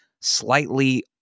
slightly